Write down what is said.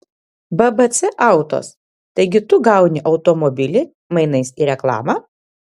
bbc autos taigi tu gauni automobilį mainais į reklamą